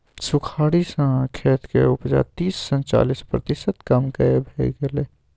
सुखाड़ि सँ खेतक उपजा तीस सँ चालीस प्रतिशत तक कम भए जाइ छै